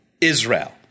Israel